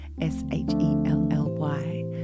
S-H-E-L-L-Y